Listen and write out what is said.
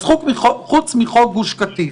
אז חוץ מחוק גוש קטיף,